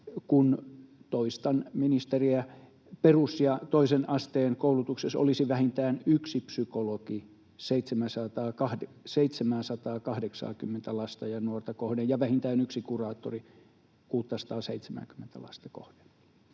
kun — toistan ministeriä — perus- ja toisen asteen koulutuksessa olisi vähintään yksi psykologi 780:tä lasta ja nuorta kohden ja vähintään yksi kuraattori 670:tä lasta kohden.